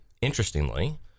interestingly